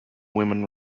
women